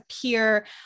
appear